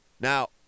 Now